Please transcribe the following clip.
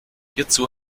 hierzu